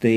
tai